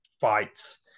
fights